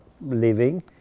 living